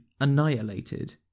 annihilated